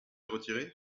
retiré